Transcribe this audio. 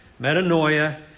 metanoia